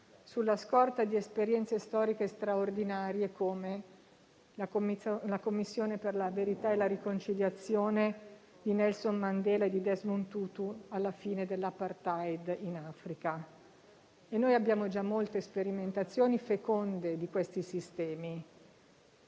sulla scorta di esperienze storiche straordinarie, come la Commissione per la verità e la riconciliazione di Nelson Mandela e di Desmond Tutu alla fine dell'*apartheid* in Africa. Noi abbiamo già molte sperimentazioni feconde di questi sistemi.